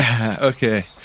Okay